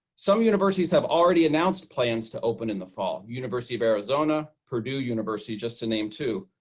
some universities have already announced plans to open in the fall. university of arizona, purdue university, just to name two.